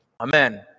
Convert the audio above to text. Amen